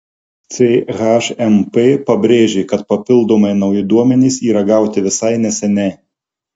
chmp pabrėžė kad papildomai nauji duomenys yra gauti visai neseniai